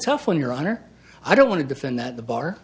tough one your honor i don't want to defend that the bar